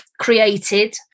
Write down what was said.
created